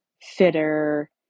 fitter